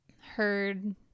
heard